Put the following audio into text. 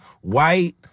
white